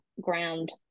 ground